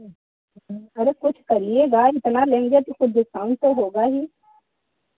अरे कुछ करिएगा इतना लेंगे तो कुछ डिस्काउंट्स तो होगा ही